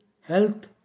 health